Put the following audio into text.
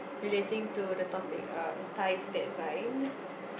relating to the topic uh ties that bind